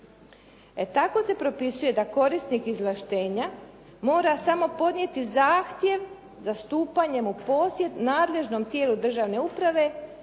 tako se propisuje da korisnik izvlaštenja mora samo podnijeti zahtjev za stupanjem u posjed nadležnom tijelu državne uprave